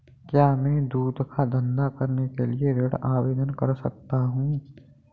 क्या मैं दूध का धंधा करने के लिए ऋण आवेदन कर सकता हूँ?